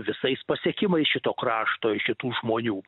visais pasiekimais šito krašto šitų žmonių